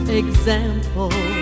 example